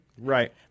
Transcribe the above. Right